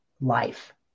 life